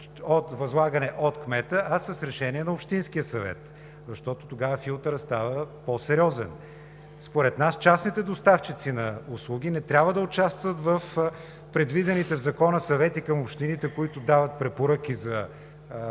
с възлагане от кмета, а с решение на общинския съвет, защото тогава филтърът става по-сериозен. Според нас частните доставчици на услуги не трябва да участват в предвидените в Закона съвети към общините, които дават препоръки за